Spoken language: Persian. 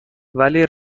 ولی